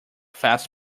fast